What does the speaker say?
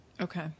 Okay